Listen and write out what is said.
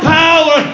power